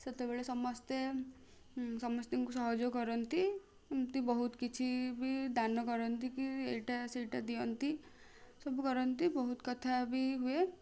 ସେତେବେଳେ ସମସ୍ତେ ସମସ୍ତିଙ୍କୁ ସହଯୋଗ କରନ୍ତି ଏମତି ବହୁତ କିଛି ବି ଦାନ କରନ୍ତି କି ଏଇଟା ସେଇଟା ଦିଅନ୍ତି ସବୁ କରନ୍ତି ବହୁତ କଥା ବି ହୁଏ